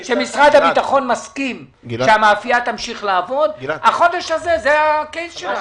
משרד הביטחון מסכים שהמאפייה תמשיך לעבוד והחודש הזה הוא הקייס שלנו.